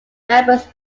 members